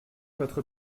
votre